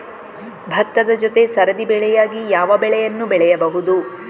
ಭತ್ತದ ಜೊತೆ ಸರದಿ ಬೆಳೆಯಾಗಿ ಯಾವ ಬೆಳೆಯನ್ನು ಬೆಳೆಯಬಹುದು?